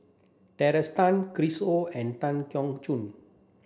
Tracey Tan Chris Ho and Tan Keong Choon